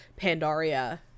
Pandaria